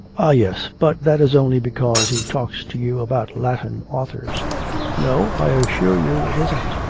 ah yes, but that is only because he talks to you about latin authors no, i assure you it isn't.